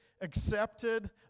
accepted